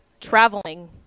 traveling